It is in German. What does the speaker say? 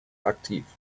aktiv